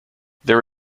there